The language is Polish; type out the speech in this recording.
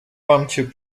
łamcie